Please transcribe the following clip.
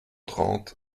trente